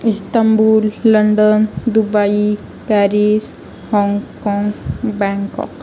Istanbul London Dubai Paris Hong Kong Bangkok